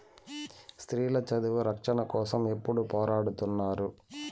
స్త్రీల చదువు రక్షణ కోసం ఎప్పుడూ పోరాడుతున్నారు